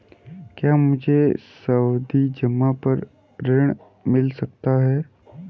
क्या मुझे सावधि जमा पर ऋण मिल सकता है?